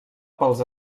pels